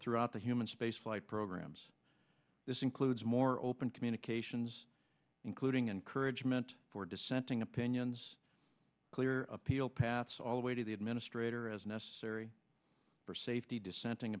throughout the human space flight programs this includes more open communications including encourage meant for dissenting opinions clear appeal paths all the way to the administrator as necessary for safety dissenting